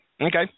Okay